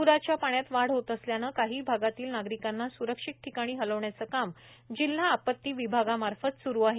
प्राच्या पाण्यात वाढ होत असल्याने काही भागातील नागरिकांना स्र क्षित ठिकाणी हलविण्याचे काम जिल्हा आपत्ती विभागामार्फत स्रु आहे